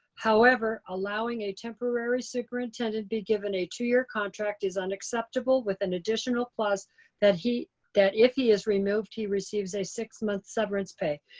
however, allowing a temporary superintendent be given a two year contract is unacceptable with an additional plus that that if he is removed, he receives a six month severance pay.